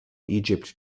egypt